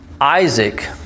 Isaac